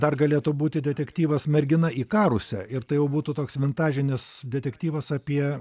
dar galėtų būti detektyvas mergina ikaruse ir tai jau būtų toks vintažinis detektyvas apie